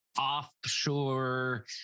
Offshore